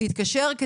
להתקשר,